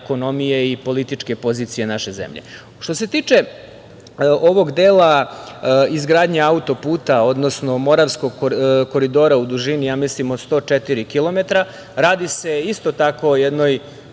ekonomije i političke pozicije naše zemlje. Što se tiče ovog dela izgradnje autoputa, odnosno Moravskog koridora u dužini od, mislim, 104 kilometra, radi se o isto tako jednoj